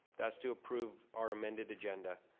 that's to approve our amended agenda,